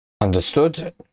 Understood